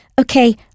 Okay